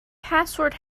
password